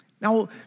Now